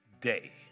day